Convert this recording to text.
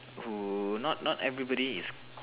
who not not everybody is